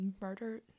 murder